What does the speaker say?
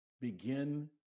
Begin